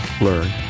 learn